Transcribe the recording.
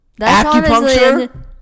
Acupuncture